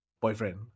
boyfriend